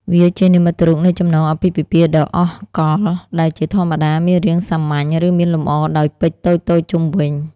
វាជានិមិត្តរូបនៃចំណងអាពាហ៍ពិពាហ៍ដ៏អស់កល្ប ដែលជាធម្មតាមានរាងសាមញ្ញ ឬមានលម្អដោយពេជ្រតូចៗជុំវិញ។